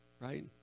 Right